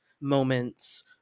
moments